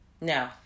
no